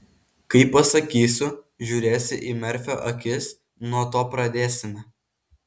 kai pasakysiu žiūrėsi į merfio akis nuo to pradėsime